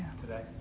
today